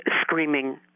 screaming